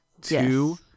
Two